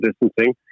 distancing